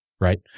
right